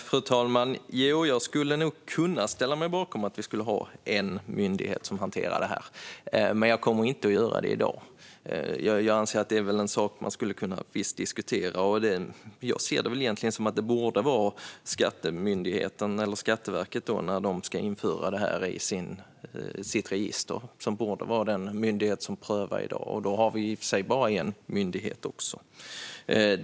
Fru talman! Jag skulle nog kunna ställa mig bakom att vi ska ha en myndighet som hanterar detta, men jag kommer inte att göra det i dag. Jag anser att det är sak som man skulle kunna diskutera. Jag ser det väl egentligen som att det borde vara Skattemyndigheten - eller Skatteverket, när de ska införa detta i sitt register - som är den myndighet som prövar det. Då har vi i och för sig bara en myndighet.